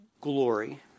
glory